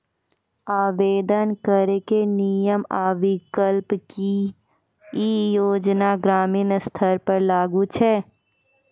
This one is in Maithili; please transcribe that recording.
आवेदन करैक नियम आ विकल्प? की ई योजना ग्रामीण स्तर पर लागू छै?